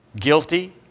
guilty